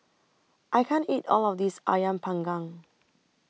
I can't eat All of This Ayam Panggang